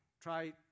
try